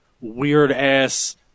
weird-ass